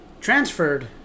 transferred